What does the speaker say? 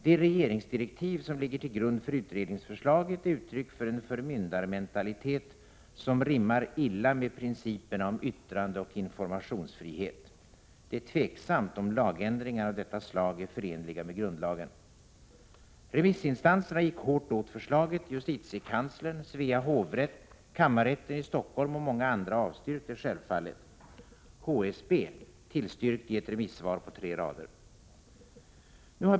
De regeringsdirektiv som ligger till grund för utredningsförslaget är uttryck för en förmyndarmentalitet, som rimmar illa med principerna yttrandeoch informationsfrihet. Det är tveksamt om lagändringar av detta slag är förenliga med grundlagen. Remissinstanserna gick hårt åt förslaget. Justitiekanslern, Svea hovrätt, kammarrätten i Stockholm och många andra avstyrkte självfallet. HSB tillstyrkte i ett remissvar på tre rader.